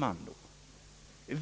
dem?